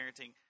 parenting